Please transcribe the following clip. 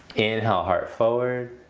inhale heart forward.